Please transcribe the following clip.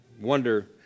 wonder